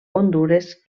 hondures